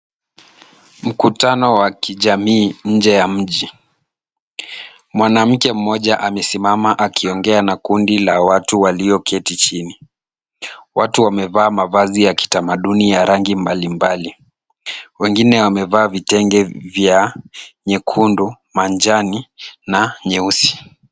Mkutano wa kijamii nje ya mji. Mwanamke mmoja amesimama akiongea na kundi la watu walioketi chini. Watu wamevaa mavazi ya kitamaduni ya rangi mbalimbali, wengine wamevaa vitenge vya nyekundu, manjano na nyeusi.